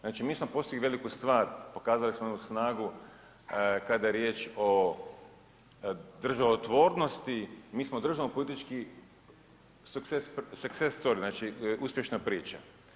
Znači mi smo postigli veliku stvar pokazali smo onu snagu kada je riječ o državotvornosti, mi smo državnopolitički seksetor, znači uspješna priča.